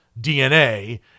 DNA